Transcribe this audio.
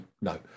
no